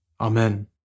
Amen